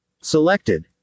Selected